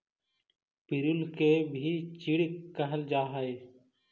पिरुल के भी चीड़ कहल जा हई